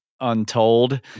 untold